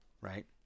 right